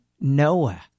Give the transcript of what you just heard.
Noah